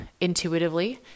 intuitively